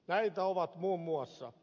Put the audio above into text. näitä ovat muun muassa